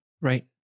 Right